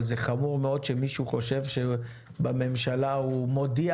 אבל זה חמור מאוד שמישהו חושב שבממשלה הוא מודיע